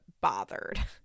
bothered